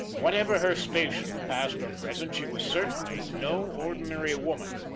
whatever her station past or present, she was certainly no ordinary woman,